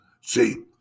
See